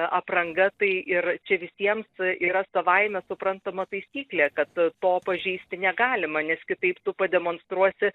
apranga tai ir čia visiems yra savaime suprantama taisyklė kad to pažeisti negalima nes kitaip tu pademonstruosi